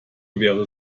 wäre